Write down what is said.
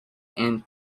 and